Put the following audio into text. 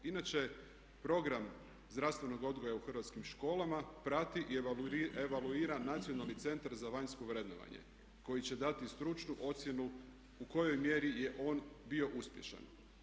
Inače, program zdravstvenog odgoja u hrvatskim školama prati i evaluira Nacionalni centar za vanjsko vrednovanje koji će dati stručnu ocjenu u kojoj mjeri je on bio uspješan.